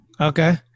okay